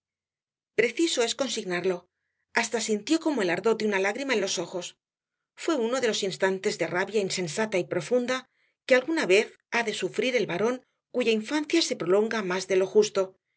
preciso es consignarlo hasta sintió como el ardor de una lágrima en los ojos fué uno de esos instantes de rabia insensata y profunda que alguna vez ha de sufrir el varón cuya infancia se prolonga más de lo justo